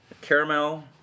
caramel